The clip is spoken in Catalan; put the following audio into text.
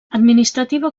administrativa